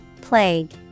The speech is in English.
Plague